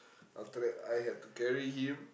after that I had to carry him